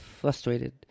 Frustrated